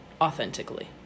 authentically